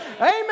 Amen